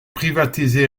privatisé